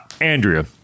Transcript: Andrea